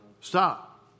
Stop